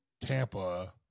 Tampa